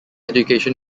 education